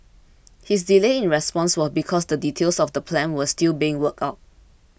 his delay in response was because details of the plan were still being worked out